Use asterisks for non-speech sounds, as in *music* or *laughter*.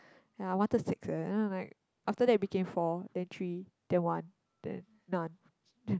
ya I wanted six eh then I'm like after that it became four then three then one then none *noise*